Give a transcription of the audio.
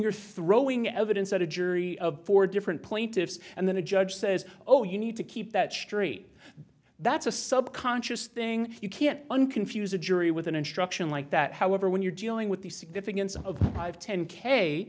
you're throwing evidence at a jury of four different plaintiffs and then the judge says oh you need to keep that straight that's a sub conscious thing you can't unconfuse a jury with an instruction like that however when you're dealing with the significance of the five ten k